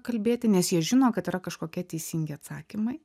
kalbėti nes jie žino kad yra kažkokie teisingi atsakymai